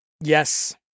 Yes